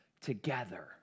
together